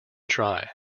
try